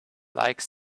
like